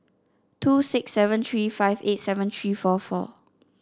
two six seven three five eight seven three four four